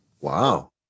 wow